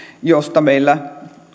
josta meillä